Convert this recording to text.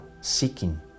seeking